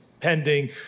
pending